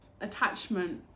attachment